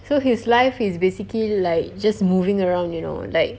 so his life is basically like just moving around you know like